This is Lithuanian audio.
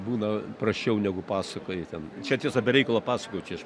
būna prasčiau negu pasakojai ten čia tiesa be reikalo pasakojau čia aš